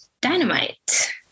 dynamite